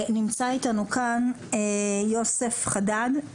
נמצא איתנו כאן יוסף חדאד,